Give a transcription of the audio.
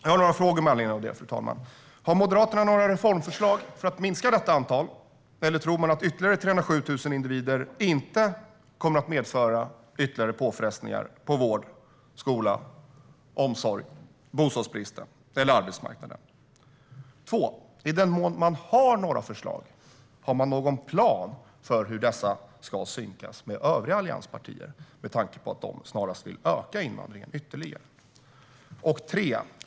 Jag har några frågor med anledning av det: Har Moderaterna några reformförslag för att minska detta antal, eller tror man att ytterligare 307 000 individer inte kommer att medföra ytterligare påfrestningar på vård, skola och omsorg eller bostads och arbetsmarknaden? I den mån man har några förslag, har man då någon plan för hur dessa ska synkas med övriga allianspartier, med tanke på att de snarast vill öka invandringen ytterligare?